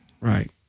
Right